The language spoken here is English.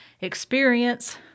Experience